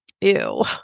Ew